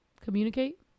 Communicate